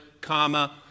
comma